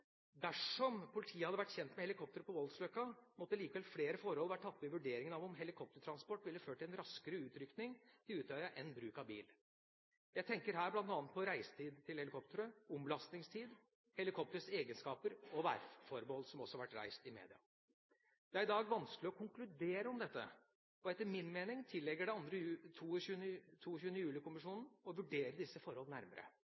Dersom politiet hadde vært kjent med helikopteret på Voldsløkka, måtte likevel flere forhold vært tatt med i vurderingen av om helikoptertransport ville ført til en raskere utrykning til Utøya enn bruk av bil. Jeg tenker her bl.a. på reisetid til helikopteret, omlastingstid, helikopterets egenskaper og værforhold, noe som også har vært reist i media. Det er i dag vanskelig å konkludere om dette, og etter min mening tilligger det 22. juli-kommisjonen å vurdere disse forholdene nærmere.